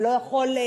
ולא יכול,